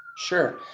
sure.